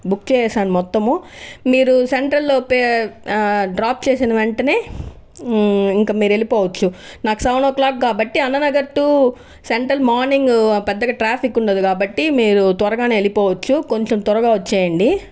book చేశాను మొత్తము మీరు సెంట్రల్ల్లో డ్రాప్ చేసిన వెంటనే ఇంక మీరు వెళ్ళిపోవచ్చు నాకు సెవెన్ ఓ క్లాక్ కాబట్టి అన్నానగర్ టూ సెంట్రల్ మార్నింగ్ పెద్దగా ట్రాఫిక్ ఉండదు కాబట్టి మీరు త్వరగానే వెళ్ళిపోవచ్చు కొంచం త్వరగా వచ్చేయండి